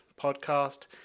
podcast